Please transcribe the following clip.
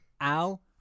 Al